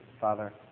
Father